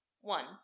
One